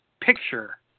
picture